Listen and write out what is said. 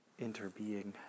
interbeing